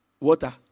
Water